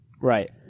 Right